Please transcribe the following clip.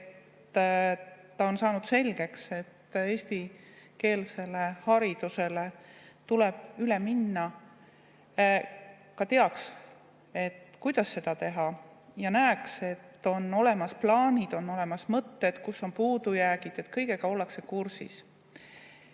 et on saanud selgeks, et eestikeelsele haridusele tuleb üle minna, ka teaks, kuidas seda teha, ja näeks, et on olemas plaanid ja on olemas mõtted, kus on puudujäägid, et kõigega ollakse kursis. Ma